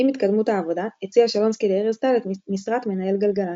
עם התקדמות העבודה הציע שלונסקי לארז טל את משרת מנהל גלגלצ.